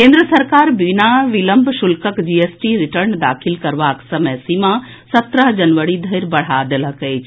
केंद्र सरकार बिना विलंब शुल्कक जीएसटी रिटर्न दाखिल करबाक समय सीमा सत्रह जनवरी धरि बढ़ा देलक अछि